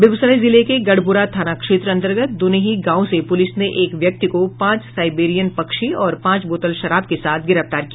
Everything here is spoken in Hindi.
बेगूसराय जिले के गढ़पुरा थाना क्षेत्र अन्तर्गत दुनही गांव से पुलिस ने एक व्यक्ति को पांच साईबेरियन पक्षी और पांच बोतल शराब के साथ गिरफ्तार किया